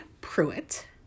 Pruitt